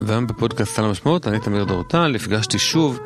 והיום בפודקאסט של המשמעות, אני תמיד רואה אותה, נפגשתי שוב.